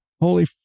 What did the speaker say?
holy